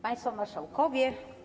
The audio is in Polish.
Państwo Marszałkowie!